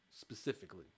specifically